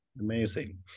Amazing